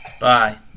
Bye